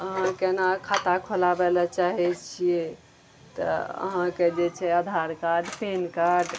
अहाँ केना खाता खोलाबैलए चाहै छियै तऽ अहाँके जे छै आधार कार्ड पेन कार्ड